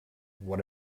what